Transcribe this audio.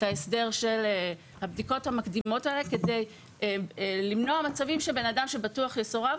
ההסדר של הבדיקות המקדימו ת האלה כדי למנוע מצבים שבן אדם שבטוח יסורב,